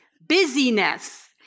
busyness